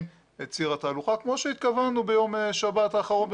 את ציר התהלוכה כמו שהתכוונו ביום השבת האחרון,